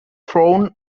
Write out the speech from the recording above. thrown